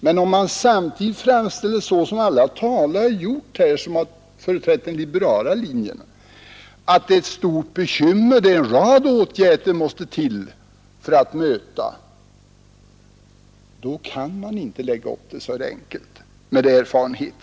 Men om man samtidigt framhåller — såsom alla talare gjort som företräder den liberala linjen — att mellanölskonsumtionen utgör ett stort bekymmer och att en rad åtgärder måste vidtas kan man inte, om man dömer efter de erfarenheter vi har, lägga upp resonemanget så enkelt.